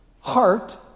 heart